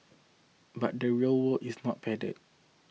but the real world is not padded